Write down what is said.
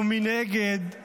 ומנגד,